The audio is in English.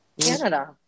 Canada